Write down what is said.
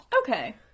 Okay